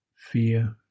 fear